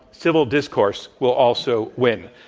civil discourse will also win.